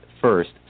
first